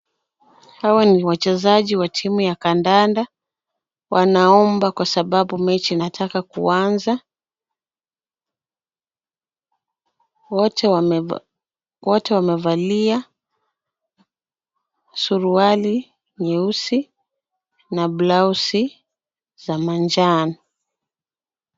Hawa ni wachezaji wa timu ya kandanda. Wanaomba kwa sababu mechi inataka kuanza. WOte wamevalia suruali nyeusi na blauzi za manjano.